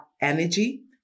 energy